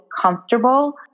comfortable